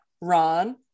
ron